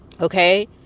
Okay